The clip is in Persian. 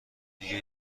دیگه